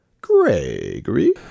Gregory